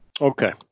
Okay